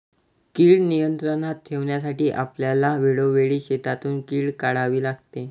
कीड नियंत्रणात ठेवण्यासाठी आपल्याला वेळोवेळी शेतातून कीड काढावी लागते